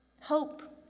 Hope